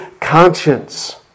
conscience